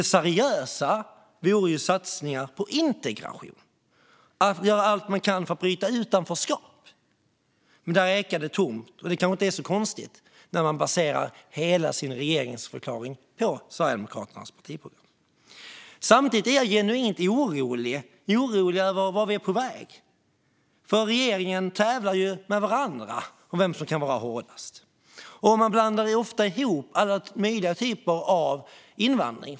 Det seriösa vore satsningar på integration, att göra allt man kan för att bryta utanförskap. Men där ekar det tomt, och det är kanske inte så konstigt när man baserar hela sin regeringsförklaring på Sverigedemokraternas partiprogram. Samtidigt är jag genuint orolig över vart vi är på väg, för i regeringen tävlar man med varandra om vem som kan vara hårdast. Och man blandar ofta ihop alla möjliga typer av invandring.